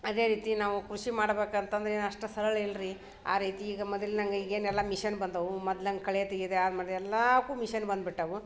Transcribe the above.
ಅದೇ ರೀತಿ ನಾವು ಕೃಷಿ ಮಾಡಬೇಕು ಅಂತ ಅಂದ್ರೇನು ಅಷ್ಟು ಸರಳ ಇಲ್ರೀ ಆ ರೀತಿ ಈಗ ಮೊದ್ಲಿನಂತೆ ಈಗೇನು ಎಲ್ಲ ಮಿಷನ್ ಬಂದವು ಮೊದ್ಲು ಹಂಗೆ ಕಳೆ ತೆಗ್ಯೋದು ಯಾವ್ದು ಮಾಡಿದ ಎಲ್ಲಕ್ಕೂ ಮಿಷನ್ ಬಂದು ಬಿಟ್ಟೆವು